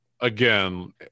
again